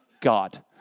God